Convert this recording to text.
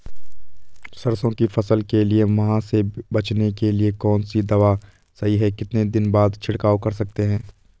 सरसों की फसल के लिए माह से बचने के लिए कौन सी दवा सही है कितने दिन बाद छिड़काव कर सकते हैं?